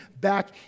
back